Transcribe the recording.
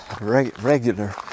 regular